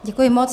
Děkuji moc.